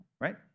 right